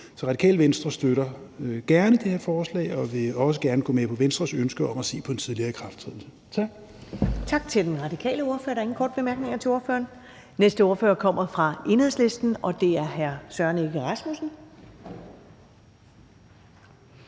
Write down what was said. Så Radikale Venstre støtter gerne det her forslag og vil også gerne gå med på Venstres ønske om at se på en tidligere ikrafttrædelse. Tak. Kl. 15:59 Første næstformand (Karen Ellemann): Tak til den radikale ordfører. Der er ingen korte bemærkninger til ordføreren. Den næste ordfører kommer fra Enhedslisten, og det er hr. Søren Egge Rasmussen.